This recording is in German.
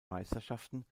meisterschaften